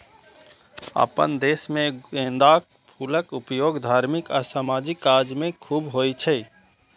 अपना देश मे गेंदाक फूलक उपयोग धार्मिक आ सामाजिक काज मे खूब होइ छै